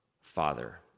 Father